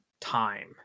time